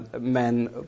men